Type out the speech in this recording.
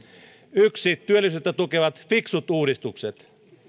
yksi työllisyyttä tukevat fiksut uudistukset